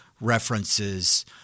references